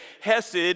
Hesed